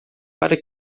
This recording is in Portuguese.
para